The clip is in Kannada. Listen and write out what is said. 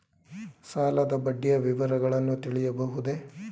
ಸಾಲದ ಬಡ್ಡಿಯ ವಿವರಗಳನ್ನು ತಿಳಿಯಬಹುದೇ?